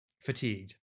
fatigued